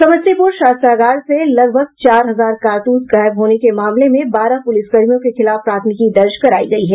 समस्तीपूर शस्त्रागार से लगभग चार हजार कारतूस गायब होने के मामले में बारह पुलिसकर्मियों के खिलाफ प्राथमिकी दर्ज करायी गयी है